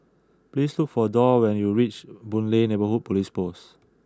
please look for Dorr when you reach Boon Lay Neighbourhood Police Post